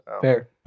Fair